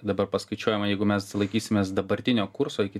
dabar paskaičiuojama jeigu mes laikysimės dabartinio kurso iki